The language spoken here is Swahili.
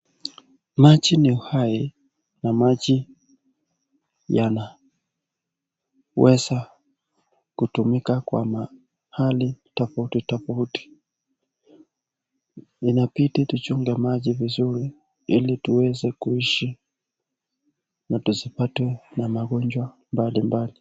Maji ni uhai na maji yanaweza kutumika kwa mahali tofauti tofauti. Inabidii tuchunge maji vizuri ili tuweze kuishi na tusipatwe na magonjwa mbali mbali.